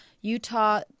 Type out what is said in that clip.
Utah